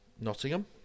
Nottingham